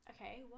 okay